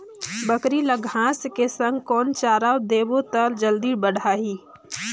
बकरी ल घांस के संग कौन चारा देबो त जल्दी बढाही?